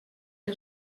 que